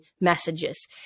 messages